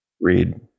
read